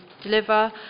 deliver